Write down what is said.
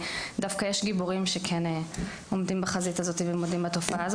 אז יש גיבורים שכן עומדים בחזית התופעה הזאת ומודים בקיומה.